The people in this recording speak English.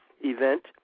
event